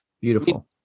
Beautiful